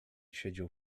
siedział